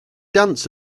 dance